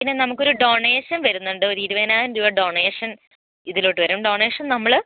പിന്നെ നമുക്കൊരു ഡൊണേഷൻ വരുന്നുണ്ട് ഒരു ഇരുപതിനായിരം രൂപ ഡൊണേഷൻ ഇതിലോട്ട് വരും ഡൊണേഷൻ നമ്മൾ